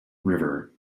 river